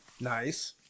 Nice